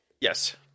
Yes